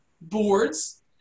boards